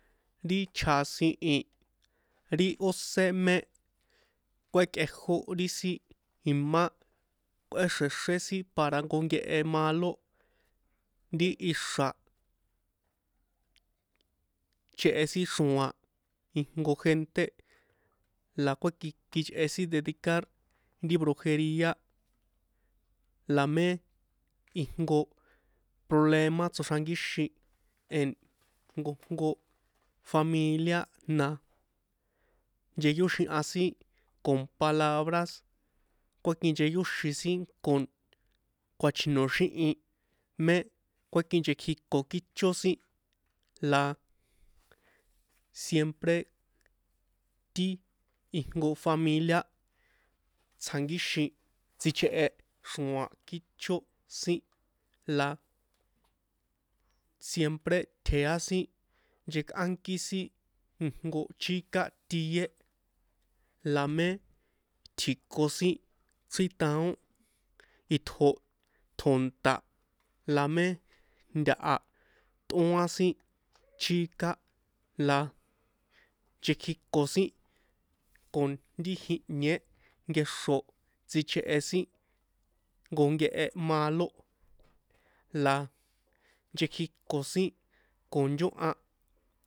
Ri chjasin i ri ósé mé kuékꞌejó ri sin imá kꞌuéxre̱xré sin para jnko nkehe malo nti ixra̱ chehe sin xro̱a̱n ijnko gente la kueki kichꞌe sin dedicar ri brujeriaá la mé ijnko problema tsoxrankíxin en jnkojnko familia na ncheyóxihan sin con palabras kuekincheyóxin sin con kuachi̱noxíhi̱n mé kuekinchekjiko kícho sin la siempre ti ijnko familia tsjankíxin tsichehe xroa̱a̱n kícho sin la siempre tjea sin nchekꞌánkí sin ijnko chika tie la mé tji̱ko sin chrítaon itjo tjo̱nta la mé ntaha tꞌóan sin chika la nchekjiko sin con ri jíhnie nkexro tsichehe sin jnko nkehe malo la nchekjiko sin con nchóhan.